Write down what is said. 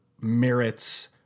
merits